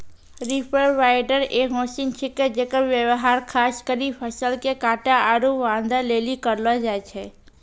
reaper binder एक machine छिकै जेकर व्यवहार खास करी फसल के काटै आरू बांधै लेली करलो जाय छै